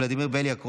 ולדימיר בליאק,